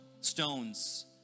stones